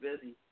busy